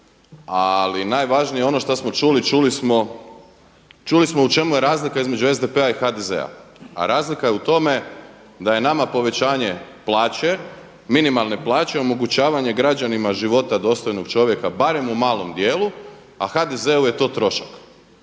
ali najvažnije ono što smo čuli, čuli smo, čuli smo u čemu je razlika između SDP-a i HDZ-a. A razlika je u tome da je nama povećanje plaće, minimalne plaće, omogućavanje građanima života dostojnog čovjeka barem u malom dijelu a HDZ-u je to trošak.